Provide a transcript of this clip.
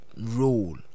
role